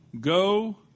Go